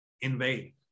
Invade